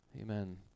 Amen